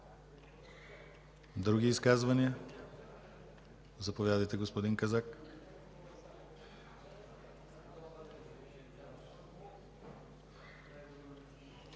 Други изказвания? Заповядайте, господин Казак.